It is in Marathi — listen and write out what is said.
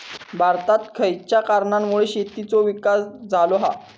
भारतात खयच्या कारणांमुळे शेतीचो विकास झालो हा?